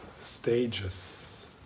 stages